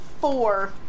four